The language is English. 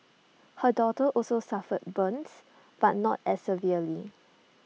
her daughter also suffered burns but not as severely